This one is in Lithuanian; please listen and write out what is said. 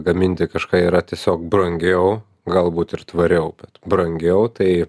gaminti kažką yra tiesiog brangiau galbūt ir tvariau bet brangiau tai